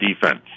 defense